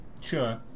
Sure